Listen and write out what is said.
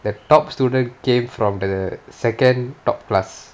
the top student came from the second top class